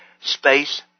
Space